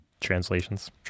Translations